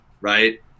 right